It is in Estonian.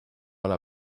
ole